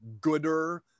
gooder